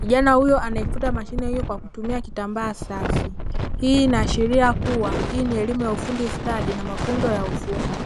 Kijana huyo anaifuta mashine hiyo kwa kutumia kitambaa safi. Hii inaashiria kuwa hii ni elimu ya ufundi stadi na mafunzo ya ufundi.